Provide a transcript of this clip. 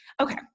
Okay